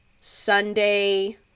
Sunday